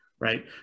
right